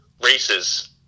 races